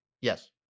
Yes